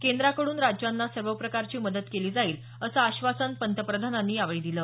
केंद्राकडून राज्यांना सर्व प्रकारची मदत केली जाईल असं पंतप्रधानांनी आश्वासन दिलं